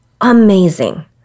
Amazing